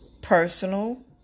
Personal